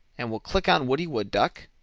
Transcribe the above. and we'll click on woody wood duck,